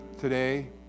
today